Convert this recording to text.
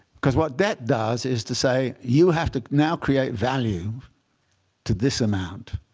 because what debt does is to say, you have to now create value to this amount.